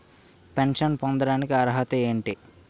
Pension పొందడానికి అర్హత ఏంటి?